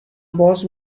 باز